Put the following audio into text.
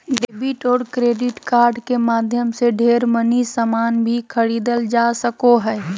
debit और credit card के माध्यम से ढेर मनी सामान भी खरीदल जा सको हय